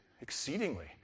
exceedingly